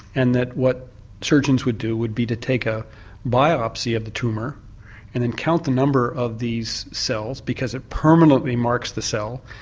and that what surgeons would do would be to take a biopsy of the tumour and then count the number of these cells, because it permanently marks the cell,